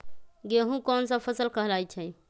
गेहूँ कोन सा फसल कहलाई छई?